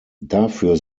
dafür